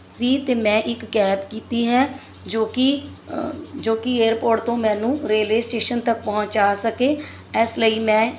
ਸੀ ਅਤੇ ਮੈਂ ਇੱਕ ਕੈਬ ਕੀਤੀ ਹੈ ਜੋ ਕਿ ਜੋ ਕਿ ਏਅਰਪੋਰਟ ਤੋਂ ਮੈਨੂੰ ਰੇਲਵੇ ਸਟੇਸ਼ਨ ਤੱਕ ਪਹੁੰਚਾ ਸਕੇ ਇਸ ਲਈ ਮੈਂ